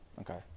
Okay